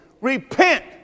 Repent